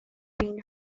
been